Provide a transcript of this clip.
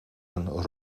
een